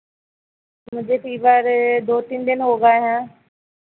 मुझे फ़ीवर दो तीन दिन हो गए हैं